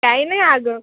काही नाही अगं